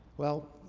well,